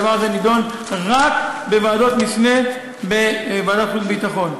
והדבר הזה נדון רק בוועדות משנה בוועדת חוץ וביטחון.